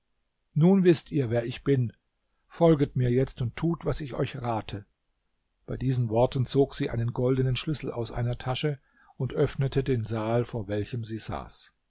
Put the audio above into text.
nun wißt ihr wer ich bin folget mir jetzt und tut was ich euch rate bei diesen worten zog sie einen goldenen schlüssel aus einer tasche und öffnete den saal vor welchem sie saß